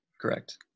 correct